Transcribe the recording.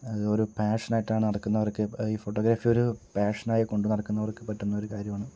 അത് ഒരു പാഷ്നായിട്ടാണ് നടക്കുന്നവർക്ക് ഈ ഫോട്ടോഗ്രഫീ ഒരൂ പാഷ്നായി കൊണ്ട് നടക്കുന്നവർക്ക് പറ്റുന്ന ഒരു കാര്യമാണ്